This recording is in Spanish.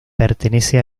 pertenece